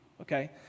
Okay